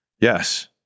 Yes